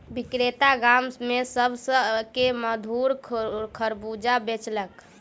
विक्रेता गाम में सभ के मधुर खरबूजा बेचलक